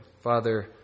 Father